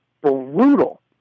brutal